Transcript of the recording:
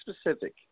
specific